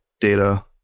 data